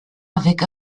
avec